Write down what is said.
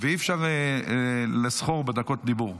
ואי-אפשר לסחור בדקות דיבור.